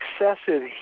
excessive